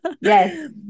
yes